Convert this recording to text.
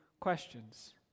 questions